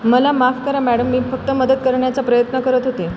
मला माफ करा मॅडम मी फक्त मदत करण्याचा प्रयत्न करत होते